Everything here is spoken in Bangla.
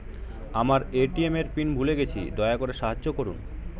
আমার এ.টি.এম এর পিন ভুলে গেছি, দয়া করে সাহায্য করুন